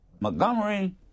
Montgomery